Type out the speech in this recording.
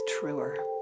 truer